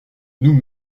nous